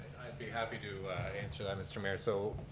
be happy to answer that mr. mayor. so,